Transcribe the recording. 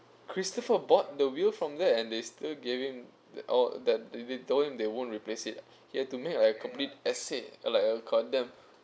cristopher bought the wheel from there and they still giving their all that they they told him they won't replace it he have to make a complete ass in or like a goddamn